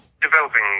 developing